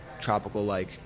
tropical-like